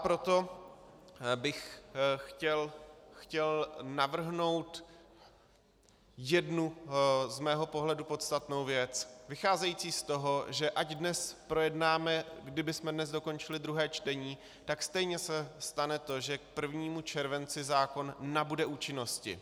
Proto bych chtěl navrhnout jednu z mého pohledu podstatnou věc vycházející z toho, že ať dnes projednáme kdybychom dnes dokončili druhé čtení, tak stejně se stane to, že k 1. červenci zákon nabude účinnosti.